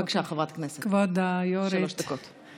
בבקשה, חברת הכנסת, שלוש דקות.